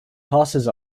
passes